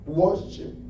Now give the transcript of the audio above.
worship